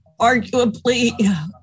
arguably